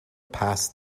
past